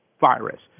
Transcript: virus